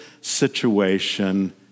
situation